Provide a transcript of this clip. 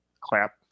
clap